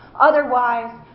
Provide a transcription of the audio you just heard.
Otherwise